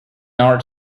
art